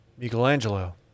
Michelangelo